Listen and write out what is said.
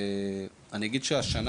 והשנה